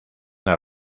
las